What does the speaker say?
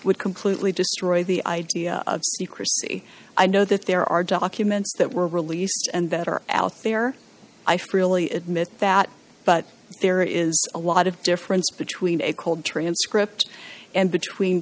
would completely destroy the idea of secrecy i know that there are documents that were released and that are out there i freely admit that but there is a lot of difference between a cold transcript and between